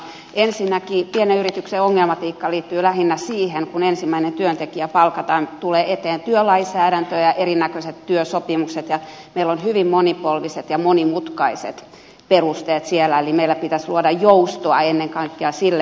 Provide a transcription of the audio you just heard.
ensinnäkin pienen yrityksen ongelmatiikka liittyy lähinnä siihen että kun ensimmäinen työntekijä palkataan tulevat eteen työlainsäädäntö ja erinäköiset työsopimukset ja meillä on hyvin monipolviset ja monimutkaiset perusteet siellä eli meillä pitäisi luoda joustoa ennen kaikkea sille puolelle